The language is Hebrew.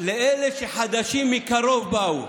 לאלה שחדשים מקרוב באו.